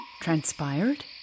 Transpired